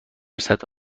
سطح